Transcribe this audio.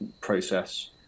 process